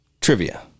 trivia